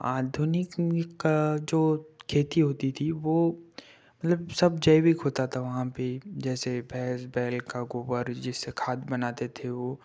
आधुनिक युग का जो खेती होती थी वो मतलब सब जैविक होता था वहाँ पर जैसे भैंस बैल का गोबर जिससे खाद बनाते थे वो